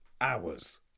hours